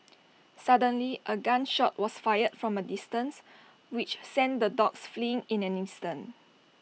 suddenly A gun shot was fired from A distance which sent the dogs fleeing in an instant